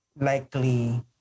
likely